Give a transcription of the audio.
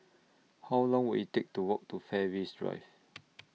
How Long Will IT Take to Walk to Fairways Drive